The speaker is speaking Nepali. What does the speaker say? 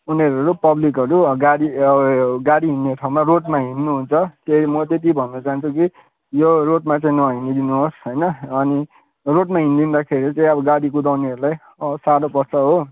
उनीहरू र पब्लिकहरू गाडी गाडी हिँडने ठाउँमा रोडमा हिँड्नु हुन्छ म त्यति भन्न चाहन्छु कि यो रोडमा चाहिँ नहिँडिदिनुहोस् होइन अनि रोडमा हिँडिदिँदाखेरि चाहिँ अब गाडी कुदाउनेहरूलाई साह्रो पर्छ हो